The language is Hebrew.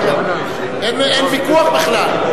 אין ויכוח בכלל.